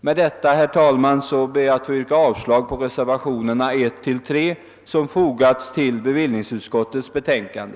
Med detta, herr talman, ber jag att få yrka avslag på reservationerna 1—3 som fogats till bevillningsutskottets betänkande.